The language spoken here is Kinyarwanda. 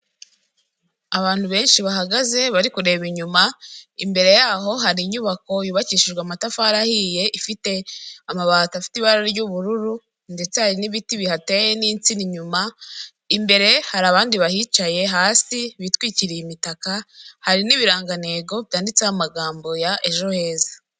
Abantu benshi bahagaze bari kureba inyuma, imbere yaho hari inyubako yubakishijwe amatafari ahiye, ifite amabati afite ibara ry'ubururu, ndetse hari n'ibiti bihateye n'insina inyuma, imbere hari abandi bahicaye hasi bitwikiriye imitaka, hari n'ibirangantego byanditseho amagambo ya ejo heza.